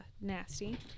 nasty